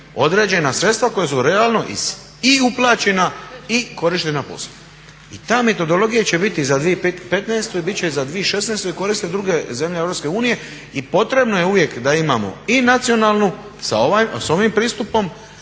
određena sredstva koja su realno i uplaćena i korištena poslije. I ta metodologija će biti za 2015.i bit će za 2016.i koriste druge zemlje EU i potrebno je uvijek da imamo i nacionalnu sa ovim pristupom